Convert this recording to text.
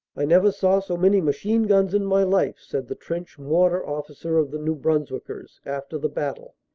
i never saw so many machine-guns in my life, said the trench-mortar officer of the new brunswickers after the battle.